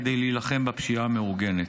כדי להילחם בפשיעה המאורגנת.